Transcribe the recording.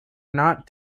not